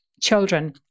children